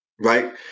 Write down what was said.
right